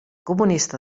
comunista